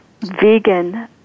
vegan